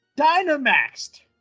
dynamaxed